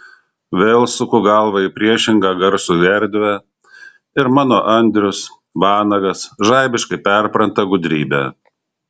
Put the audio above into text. vėl suku galvą į priešingą garsui erdvę ir mano andrius vanagas žaibiškai perpranta gudrybę